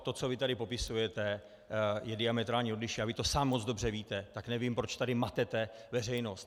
To, co vy tady popisujete, je diametrálně odlišné a vy to sám moc dobře víte, tak nevím, proč tady matete veřejnost.